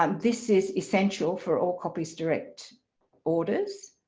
um this is essential for all copies direct orders.